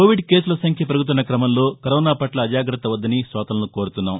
Covid కేసులసంఖ్య పెరుగుతున్న క్రమంలో కరోనాపట్ల అజాగ్రత్త వద్దని కోతలను కోరుచున్నాము